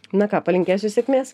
na ką palinkėsiu sėkmės